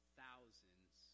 thousands